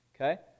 Okay